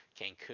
Cancun